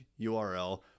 URL